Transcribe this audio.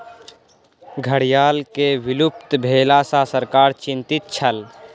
घड़ियाल के विलुप्त भेला सॅ सरकार चिंतित छल